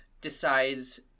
decides